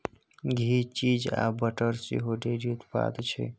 घी, cheese आ butter सेहो dairy उत्पाद छै